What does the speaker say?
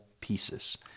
pieces